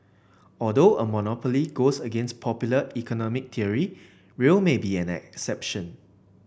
although a monopoly goes against popular economic theory rail may be an exception